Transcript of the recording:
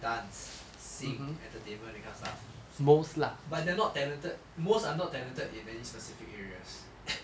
dance sing entertainment that kind of stuff but they're not talented most are not talented in any specific areas